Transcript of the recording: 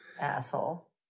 asshole